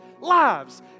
lives